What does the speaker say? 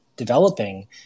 Developing